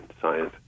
science